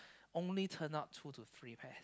only turn out two to three pairs